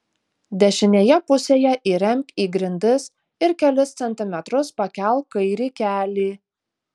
dešinėje pusėje įremk į grindis ir kelis centimetrus pakelk kairį kelį